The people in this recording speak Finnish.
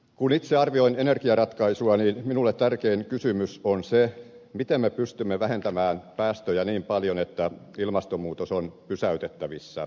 kun itse arvioin energiaratkaisua niin minulle tärkein kysymys on se miten me pystymme vähentämään päästöjä niin paljon että ilmastonmuutos on pysäytettävissä